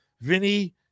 Vinny